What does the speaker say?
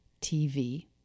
TV